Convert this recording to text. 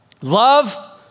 Love